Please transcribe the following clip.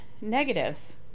negatives